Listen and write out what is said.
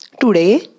Today